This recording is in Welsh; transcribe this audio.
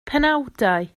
penawdau